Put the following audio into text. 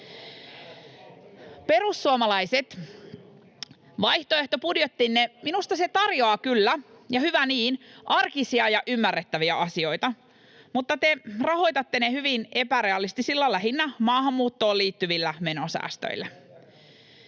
Perussuomalaiset, vaihtoehtobudjettinne tarjoaa minusta kyllä, ja hyvä niin, arkisia ja ymmärrettäviä asioita, mutta te rahoitatte ne hyvin epärealistisilla, lähinnä maahanmuuttoon liittyvillä menosäästöillä.